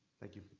thank you.